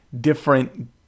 different